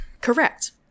Correct